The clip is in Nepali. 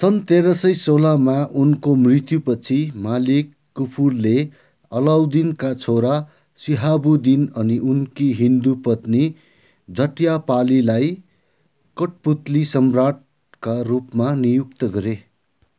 सन् तेह्र सय सोह्रमा उनको मृत्युपछि मलिक काफुरले अलाउद्दिनका छोरा शिहाबुद्दिन अनि उनकी हिन्दू पत्नी झट्यापालीलाई कठपुतली सम्राटका रूपमा नियुक्त गरे